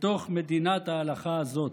בתוך מדינת ההלכה הזאת,